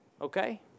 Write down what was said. okay